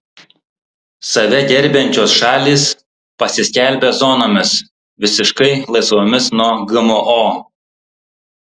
save gerbiančios šalys pasiskelbė zonomis visiškai laisvomis nuo gmo